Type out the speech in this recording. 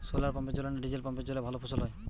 শোলার পাম্পের জলে না ডিজেল পাম্পের জলে ভালো ফসল হয়?